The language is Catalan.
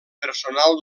personal